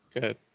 Good